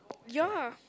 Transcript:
ya